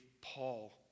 Paul